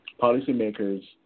Policymakers